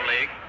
League